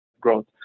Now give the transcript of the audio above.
growth